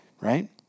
Right